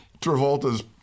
Travolta's